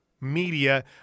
media